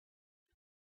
over